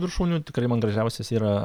viršūnių tikrai man gražiausias yra